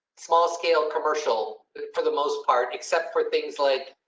small scale commercial for the most part, except for things like.